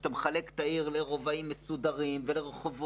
שאתה מחלק את העיר לרובעים מסודרים ולרחובות.